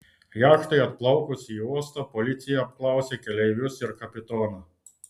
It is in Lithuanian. jachtai atplaukus į uostą policija apklausė keleivius ir kapitoną